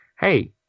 Hey